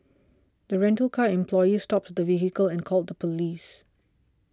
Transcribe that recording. the rental car employee stopped the vehicle and called the police